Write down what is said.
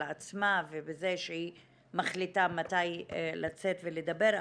עצמה ובזה שהיא מחליטה מתי לצאת ולדבר.